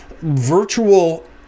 virtual